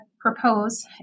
propose